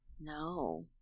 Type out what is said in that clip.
No